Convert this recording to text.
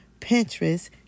Pinterest